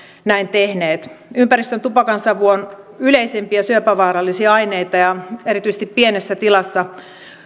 näin tehneet ympäristön tupakansavu on yleisimpiä syöpävaarallisia aineita ja erityisesti pienessä tilassa